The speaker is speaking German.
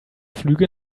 flüge